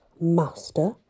master